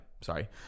sorry